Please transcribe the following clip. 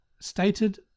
stated